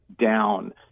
down